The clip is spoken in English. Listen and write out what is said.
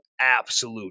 absolute